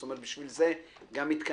זאת אומרת, בשביל זה גם התכנסנו.